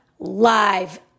Live